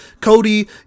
Cody